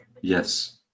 Yes